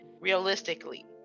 realistically